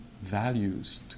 values